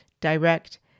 Direct